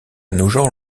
nogent